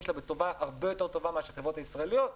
שלהם בצורה הרבה יותר טובה מאשר החברות הישראליות ולכן,